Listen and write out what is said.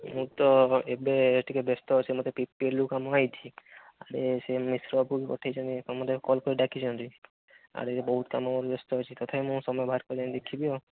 ମୁଁ ତ ଏବେ ଟିକେ ବ୍ୟସ୍ତ ଅଛି ମତେ ପି ପି ଏଲ୍ ରୁ କାମ ଆସିଛି ଆଉ ସେ ସେ ମିଶ୍ର ବାବୁ ବି ପଠେଇଛନ୍ତି କାମରେ କଲ୍ କରି ଡାକିଛନ୍ତି ଆଡ଼େ ବି ବହୁତ କାମରେ ବ୍ୟସ୍ତ ଅଛି ତଥାପି ମୁଁ ସମୟ ବାହାର କରିକି ଯାଇ ମୁଁ ଦେଖିବି ଆଉ